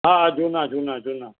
हा हा झूना झूना झूना